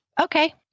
Okay